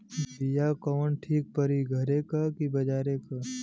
बिया कवन ठीक परी घरे क की बजारे क?